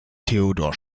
theodor